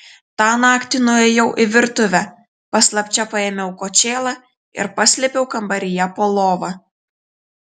tą naktį nuėjau į virtuvę paslapčia paėmiau kočėlą ir paslėpiau kambaryje po lova